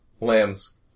Lamb's